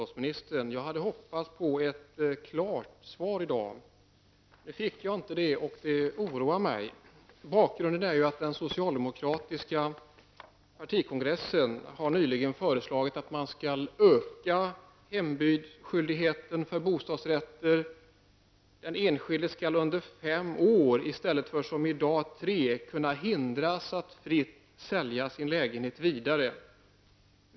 Den socialdemokratiska partikongressen har nyligen föreslagit ett ökat inslag av hembudsskyldighet när det gäller bostadsrätter. Den enskilde skall under fem år -- i stället för som i dag tre år -- kunna hindras att fritt sälja sin lägenhet vidare.